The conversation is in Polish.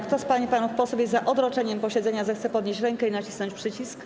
Kto z pań i panów posłów jest za odroczeniem posiedzenia, zechce podnieść rękę i nacisnąć przycisk.